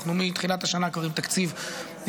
מתחילת השנה אנחנו כבר עם תקציב קבוע,